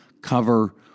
cover